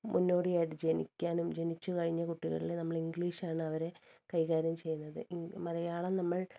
മുന്നോടിയായിട്ടു ജനിക്കാനും ജനിച്ചുകഴിഞ്ഞ കുട്ടികളില് നമ്മള് ഇംഗ്ലീഷാണ് അവരെ കൈകാര്യം ചെയ്യുന്നത് മലയാളം നമ്മൾ